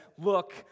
Look